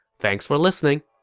thanks for listening!